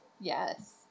Yes